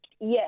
Yes